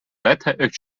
letter